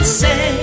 say